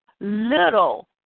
little